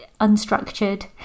unstructured